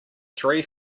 three